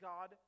God